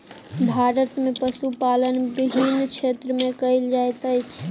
भारत में पशुपालन विभिन्न क्षेत्र में कयल जाइत अछि